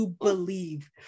believe